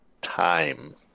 time